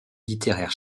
littéraire